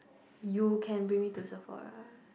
you can bring me to Sephora